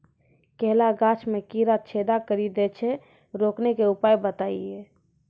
केला गाछ मे कीड़ा छेदा कड़ी दे छ रोकने के उपाय बताइए?